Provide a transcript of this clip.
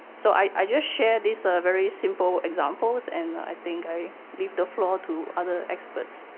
so i i just share these ah very simple examples, and i think i leave the floor to other experts.